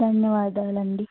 ధన్యవాదాలండి